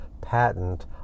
patent